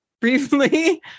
briefly